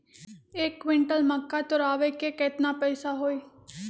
एक क्विंटल मक्का तुरावे के केतना पैसा होई?